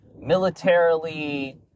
militarily